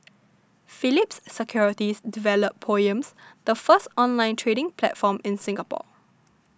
Phillips Securities developed Poems the first online trading platform in Singapore